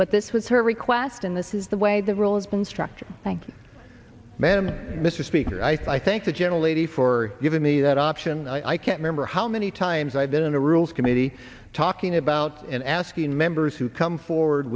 but this was her request and this is the way the role is been structured thank you ma'am mr speaker i thank the generally for giving me that option i can't remember how many times i've been in a rules committee talking about and asking members who come forward